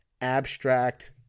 abstract